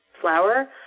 flour